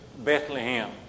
Bethlehem